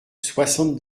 soixante